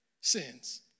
sins